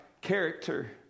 character